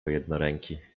jednoręki